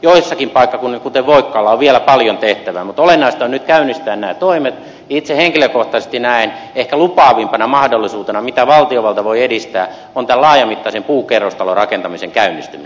joillakin paikkakunnissa kuten voikkaalla on vielä paljon tehtävää mutta olennaista on nyt käynnistää nämä toimet itse henkilökohtaisesti näen ehkä lupaavimpana mahdollisuutena mitä valtiovalta voi edistää tämän laajamittaisen puukerrostalorakentamisen käynnistyminen